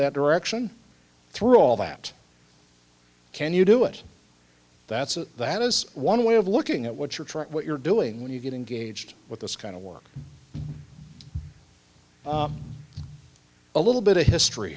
that direction through all that can you do it that's that is one way of looking at what you're trying what you're doing when you get engaged with this kind of work a little bit of history